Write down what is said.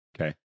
Okay